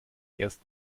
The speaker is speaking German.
erst